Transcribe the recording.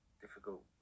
difficult